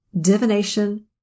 divination